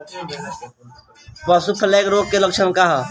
पशु प्लेग रोग के लक्षण का ह?